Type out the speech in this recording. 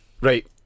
right